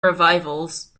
revivals